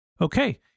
Okay